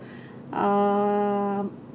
err